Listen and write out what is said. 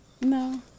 No